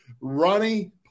Ronnie